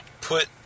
put